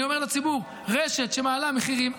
אני אומר לציבור: רשת שמעלה מחירים,